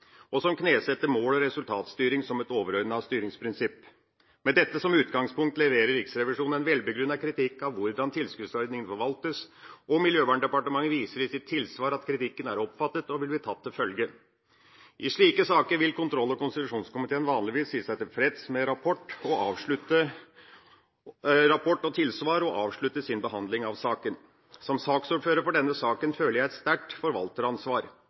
og som knesetter mål- og resultatstyring som et overordnet styringsprinsipp. Med dette som utgangspunkt leverer Riksrevisjonen en velbegrunnet kritikk av hvordan tilskuddsordningene forvaltes, og Miljøverndepartementet viser i sitt tilsvar at kritikken er oppfattet og vil bli tatt til følge. I slike saker vil kontroll- og konstitusjonskomiteen vanligvis si seg tilfreds med rapport og tilsvar og avslutte sin behandling av saken. Som saksordfører for denne saken føler jeg et sterkt forvalteransvar.